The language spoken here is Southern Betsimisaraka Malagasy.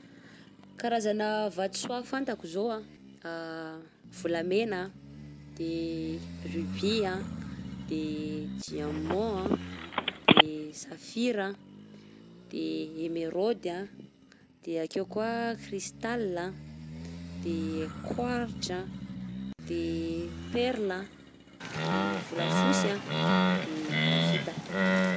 Karazana vatosoa fantako zô a: volamena a, de rubis a, de diamand a, de safira a, de emeraude a, de ake koa kristal, de quartz a, de perle a, volafotsy de grafita.